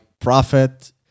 profit